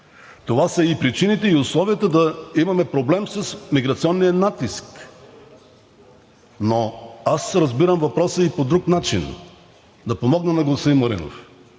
Това са и причините, и условията да имаме проблем с миграционния натиск. Но аз разбирам въпроса Ви по друг начин – да помогна на господин Маринов: